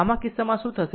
આમ આ કિસ્સામાં શું થશે